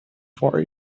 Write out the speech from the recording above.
for